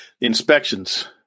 Inspections